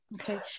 okay